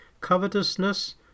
covetousness